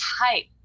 type